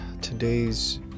today's